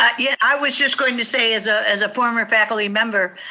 ah yeah i was just going to say, as ah as a former faculty member,